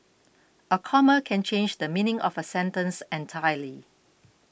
a comma can change the meaning of a sentence entirely